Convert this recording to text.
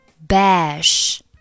Bash